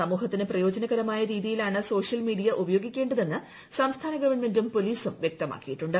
സമൂഹത്തിന് പ്രയോജനകരമായ രീതിയിലാണ് സോഷ്യൽ മീഡിയ ഉപയോഗിക്കേണ്ടതെന്ന് സംസ്ഥാന ഗവൺമെന്റും പൊലീസും വ്യക്തമാക്കിയിട്ടുണ്ട്